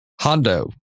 Hondo